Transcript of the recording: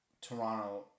Toronto